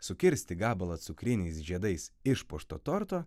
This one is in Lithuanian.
sukirsti gabalą cukriniais žiedais išpuošto torto